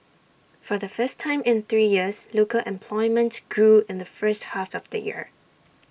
for the first time in three years local employment grew in the first half of the year